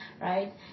right